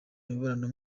imibonano